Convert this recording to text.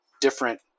different